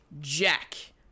Jack